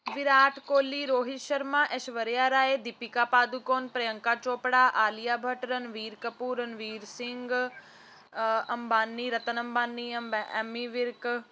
ਵਿਰਾਟ ਕੋਹਲੀ ਰੋਹਿਤ ਸ਼ਰਮਾ ਐਸ਼ਵਰਿਆ ਰਾਏ ਦੀਪਿਕਾ ਪਾਦੂਕੋਨ ਪ੍ਰਿਅੰਕਾ ਚੋਪੜਾ ਆਲੀਆ ਭੱਟ ਰਣਵੀਰ ਕਪੂਰ ਰਣਵੀਰ ਸਿੰਘ ਅੰਬਾਨੀ ਰਤਨ ਅੰਬਾਨੀ ਐਬਾ ਐਮੀ ਵਿਰਕ